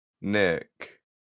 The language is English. Nick